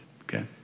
okay